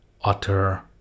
utter